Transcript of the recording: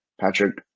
Patrick